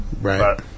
Right